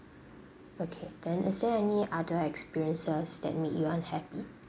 okay then is there any other experiences that make you unhappy